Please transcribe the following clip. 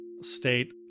state